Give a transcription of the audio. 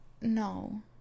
No